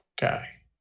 guy